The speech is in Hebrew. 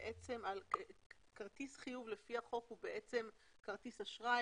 להזכיר שכרטיס חיוב לפי החוק הוא כרטיס אשראי,